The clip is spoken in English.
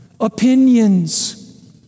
Opinions